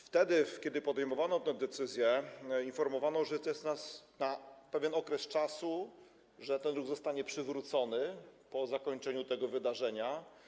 Wtedy kiedy podejmowano tę decyzję, informowano, że to jest na pewien czas, że ten ruch zostanie przywrócony po zakończeniu tego wydarzenia.